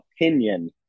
opinion